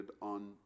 on